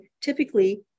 typically